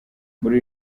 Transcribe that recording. muri